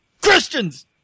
Christians